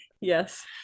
Yes